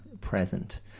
present